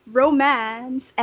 romance